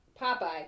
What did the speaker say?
Popeye